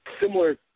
Similar